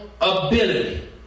ability